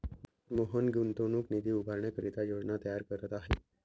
मोहन गुंतवणूक निधी उभारण्याकरिता योजना तयार करत आहे